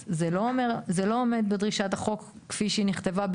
אז זה לא עומד בדרישת החוק כפי שהיא נכתבה,